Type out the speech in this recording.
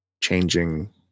changing